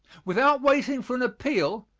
without waiting for an appeal,